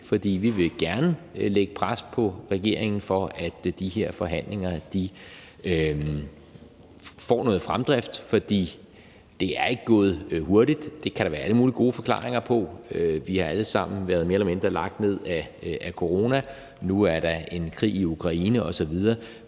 for vi vil gerne lægge pres på regeringen, for at de her forhandlinger får noget fremdrift. For det er ikke gået hurtigt, og det kan der være alle mulige gode forklaringer på. Vi har alle sammen været mere eller mindre lagt ned af coronaen, og nu er der en krig i Ukraine osv.,